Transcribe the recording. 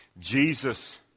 Jesus